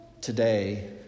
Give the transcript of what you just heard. Today